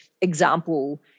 example